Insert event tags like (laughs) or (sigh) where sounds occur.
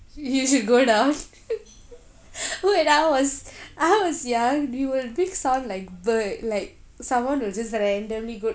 you should go out (laughs) wait I was I was young you were a bit sound like bird like someone will just randomly go